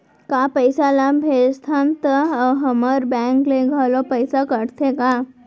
का पइसा ला भेजथन त हमर बैंक ले घलो पइसा कटथे का?